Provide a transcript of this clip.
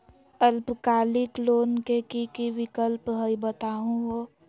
अल्पकालिक लोन के कि कि विक्लप हई बताहु हो?